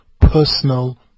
personal